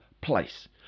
place